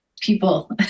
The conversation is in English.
people